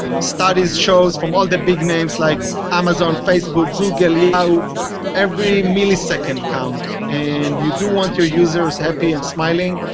studies shows form all the big names, like amazon, facebook, google, yahoo, every millisecond count. and you do want your users happy and smiling.